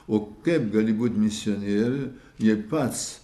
o kaip gali būti misionieriu jei pats